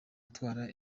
atwara